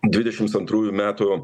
dvidešims antrųjų metų